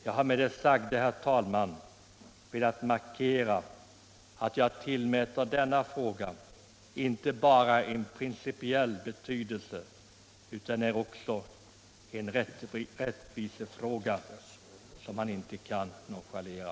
Jag har med det sagda, herr talman, velat markera inte bara att jag tillmäter denna fråga principiell betydelse, den är också en rättvisefråga som man inte kan nonchalera.